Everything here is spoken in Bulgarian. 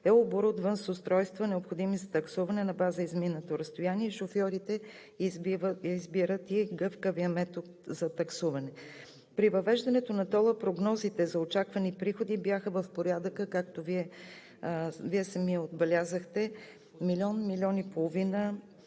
е оборудван с устройства, необходими за таксуване на база изминато разстояние, и шофьорите избират и гъвкавия метод за таксуване. При въвеждането на тол-а, прогнозите за очаквани приходи бяха в порядъка, както Вие самият отбелязахте, милион – милион и половина